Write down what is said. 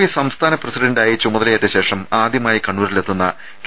P സംസ്ഥാന പ്രസിഡന്റായി ചുമതലയേറ്റ ശേഷം ആദ്യമായ കണ്ണൂരിലെത്തുന്ന കെ